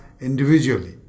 individually